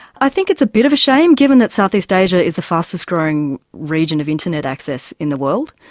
i think it's a bit of a shame, given that southeast asia is the fastest growing region of internet access in the world.